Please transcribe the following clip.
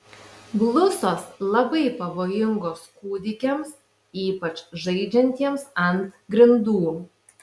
blusos labai pavojingos kūdikiams ypač žaidžiantiems ant grindų